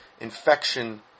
infection